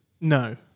No